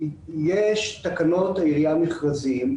יש תקנות העירייה (מכרזים),